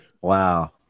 Wow